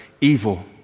evil